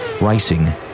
Racing